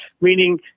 meaning